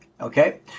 Okay